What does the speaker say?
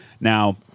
Now